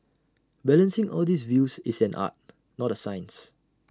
balancing all these views is an art not A science